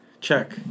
check